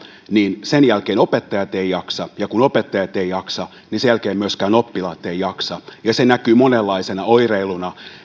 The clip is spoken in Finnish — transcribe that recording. niin sen jälkeen opettajat eivät jaksa ja kun opettajat eivät jaksa niin sen jälkeen myöskään oppilaat eivät jaksa se näkyy monenlaisena oireiluna